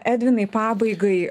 edvinai pabaigai